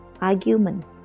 argument